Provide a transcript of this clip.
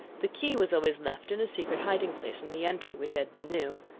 the key was always left in a secret hiding-place in the entry, which edna knew.